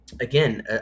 again